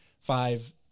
five